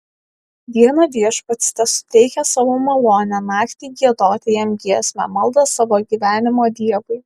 dieną viešpats tesuteikia savo malonę naktį giedoti jam giesmę maldą savo gyvenimo dievui